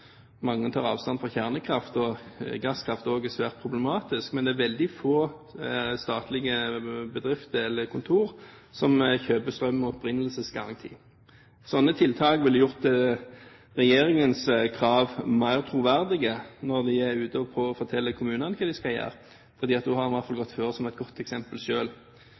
mange tar avstand fra kjernekraft, og gasskraft også er svært problematisk, men det er veldig få statlige bedrifter eller kontorer som kjøper strøm med opprinnelsesgaranti. Sånne tiltak ville gjort regjeringens krav mer troverdige, når de er ute og forteller kommunene hva de skal gjøre, for da har man i hvert fall gått foran som et godt eksempel